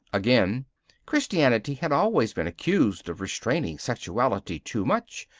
again christianity had always been accused of restraining sexuality too much,